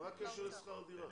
מה הקשר לשכר דירה?